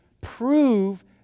prove